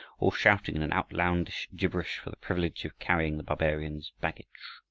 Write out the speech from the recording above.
all shouting in an outlandish gibberish for the privilege of carrying the barbarians' baggage.